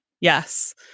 Yes